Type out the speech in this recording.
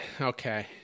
Okay